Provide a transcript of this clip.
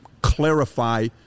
clarify